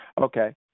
Okay